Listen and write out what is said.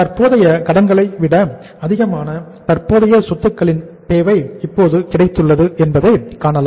தற்போதைய கடன்களை விட அதிகமான தற்போதைய சொத்துக்களின் தேவை இப்போது கிடைத்துள்ளது என்பதை காணலாம்